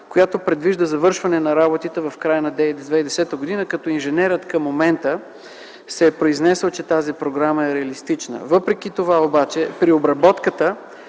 която предвижда завършване на работите в края на 2010 г., като инженерът към момента се е произнесъл, че тази програма е реалистична. Въпреки това обаче при обработката